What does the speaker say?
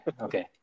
okay